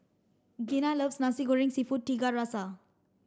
Gena loves Nasi Goreng seafood Tiga Rasa